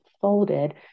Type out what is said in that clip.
folded